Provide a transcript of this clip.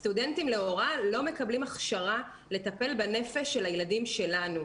סטודנטים להוראה לא מקבלים הכשרה לטפל בנפש של הילדים שלנו.